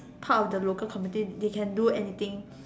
part of the local community they can do anything